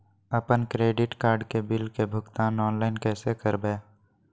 अपन credit card के bill के भुगतान ऑनलाइन कैसे करबैय?